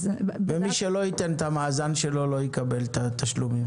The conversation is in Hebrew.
מי שלא ייתן את המאזן שלו, לא יקבל את התשלומים.